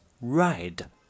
red